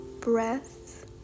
breath